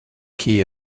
key